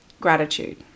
Gratitude